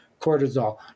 cortisol